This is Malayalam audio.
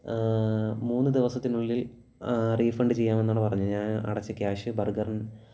മൂന്ന് ദിവസത്തിനുള്ളിൽ റീഫണ്ട് ചെയ്യാം എന്നാണ് പറഞ്ഞത് ഞാൻ അടച്ച ക്യാഷ് ബർഗറിൻ